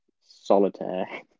Solitaire